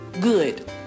good